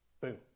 boom